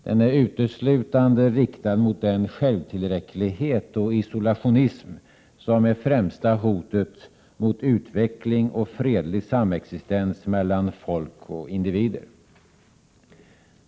Den är uteslutande riktad mot den självtillräcklighet och isolationism som är de främsta hoten mot utveckling och fredlig samexistens mellan folk och individer.